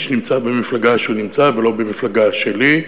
נמצא במפלגה שהוא נמצא בה ולא נמצא במפלגה שלי.